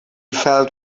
felt